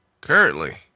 currently